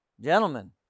Gentlemen